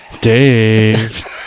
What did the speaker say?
Dave